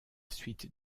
suite